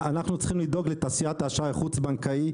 אנחנו צריכים לדאוג לתעשיית האשראי החוץ בנקאי,